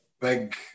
big